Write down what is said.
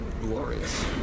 glorious